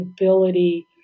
ability